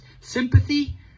sympathy